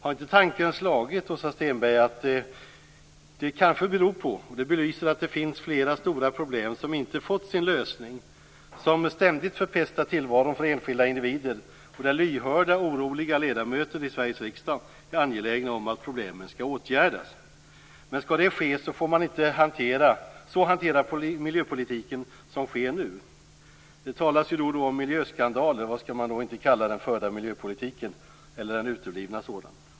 Har inte tanken slagit Åsa Stenberg att det belyser att det finns flera stora problem som inte har fått sin lösning och som ständigt förpestar tillvaron för enskilda individer och att lyhörda och oroliga ledamöter i Sveriges riksdag är angelägna om att problemen skall åtgärdas. Men om detta skall ske får man inte hantera miljöpolitiken på det sätt som nu sker. Det talas ju då och då om miljöskandaler. Vad skall man då inte kalla den förda miljöpolitiken, eller den uteblivna miljöpolitiken?